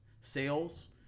sales